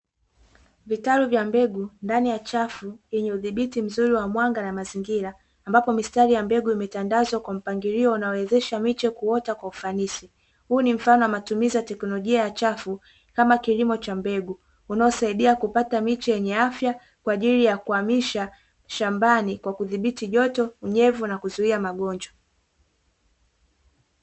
Vitalu vya mbegu ndani ya chafu yenye udhibiti mzuri wa mwanga na mazingira ambapo mistari ya mbegu imetandazwa kwa mpangilio unaowezesha miche kuota kwa ufanisi; huu ni mfano wa matumizi ya teknolojia ya chafu kama kilimo cha mbegu unaosaidia kupata miche yenye afya kwa ajili ya kuhamisha shambani kwa kudhibiti joto, unyevu na kuzuia magonjwa.